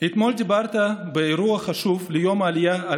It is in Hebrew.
אתמול דיברת באירוע חשוב ליום העלייה על